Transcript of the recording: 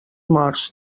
morts